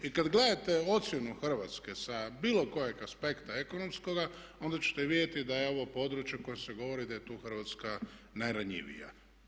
I kad gledate ocjenu Hrvatske sa bilo kojeg aspekta ekonomskoga onda ćete vidjeti da je ovo područje koje se govori da je tu Hrvatska najranjivija.